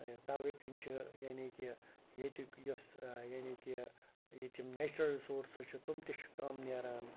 تَوے کنۍ چھِ یعنی کہِ ییٚتیُک یۄس یعنی کہِ ییٚتہِ یِم نٮ۪چرَل رِسورسٕز چھِ تم تہِ چھِ کَم نیران